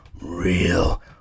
real